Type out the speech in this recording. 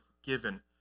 forgiven